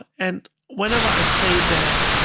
and whenever i say that,